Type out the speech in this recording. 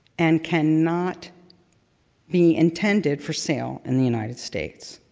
and cannot be intended for sale in the united states.